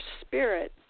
spirit